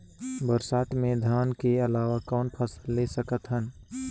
बरसात मे धान के अलावा कौन फसल ले सकत हन?